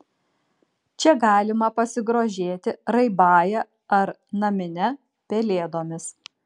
čia galima pasigrožėti raibąja ar namine pelėdomis